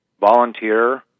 volunteer